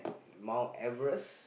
Mt Everest